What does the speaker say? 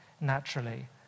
naturally